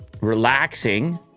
relaxing